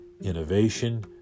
innovation